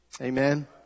Amen